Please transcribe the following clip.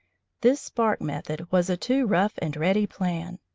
this spark method was a too rough-and-ready plan.